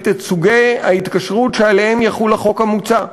את סוגי ההתקשרות שעליהם יחול החוק המוצע,